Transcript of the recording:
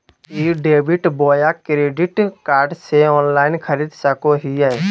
ई debit बोया credit card से online खरीद सको हिए?